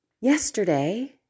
yesterday